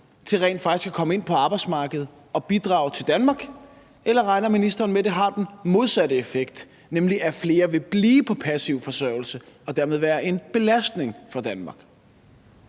til rent faktisk at komme ind på arbejdsmarkedet og bidrage til Danmark, eller regner ministeren med, at det har den modsatte effekt, nemlig at flere vil blive på passiv forsørgelse og dermed være en belastning for Danmark?